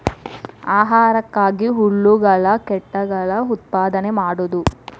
ಆಹಾರಕ್ಕಾಗಿ ಹುಳುಗಳ ಕೇಟಗಳ ಉತ್ಪಾದನೆ ಮಾಡುದು